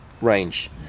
range